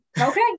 okay